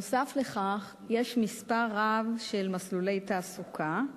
נוסף על כך יש מספר רב של מסלולי תעסוקה,